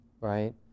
right